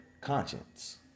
conscience